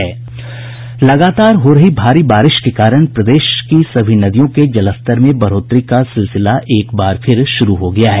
लगातार हो रही भारी बारिश के कारण प्रदेश के सभी नदियों के जलस्तर में बढ़ोतरी का सिलसिला एक बार फिर शुरू हो गया है